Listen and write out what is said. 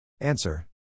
Answer